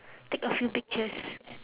take a few pictures